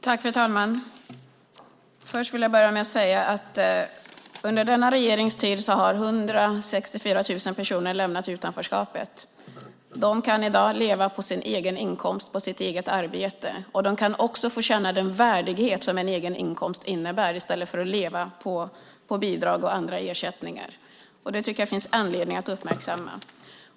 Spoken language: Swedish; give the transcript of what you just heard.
Fru talman! Jag vill först börja med att säga att under denna regerings tid har 164 000 personer lämnat utanförskapet. De kan i dag leva på sin egen inkomst och sitt eget arbete. De kan också få känna den värdighet som en egen inkomst innebär i stället för att leva på bidrag och andra ersättningar. Det finns anledning att uppmärksamma.